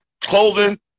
clothing